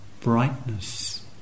brightness